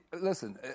listen